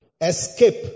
Escape